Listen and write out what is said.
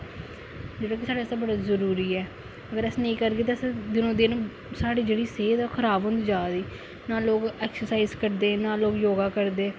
जेह्ड़ा कि साढ़े आस्तै बडा जरुरी ऐ अगर अस नेईं करगे ते अस दिनों दिन साढ़ी जेह्ड़ी सेहत ऐ ओह् खराव होंदी जा'रदी ना लोक एक्सरसाइज करदे ना लोक योगा करदे